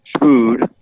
food